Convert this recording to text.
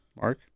Mark